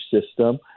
system